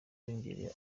bongeraho